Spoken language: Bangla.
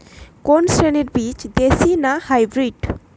কোন শ্রেণীর বীজ দেশী না হাইব্রিড?